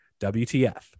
WTF